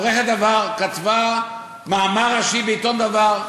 עורכת "דבר" כתבה מאמר ראשי בעיתון "דבר",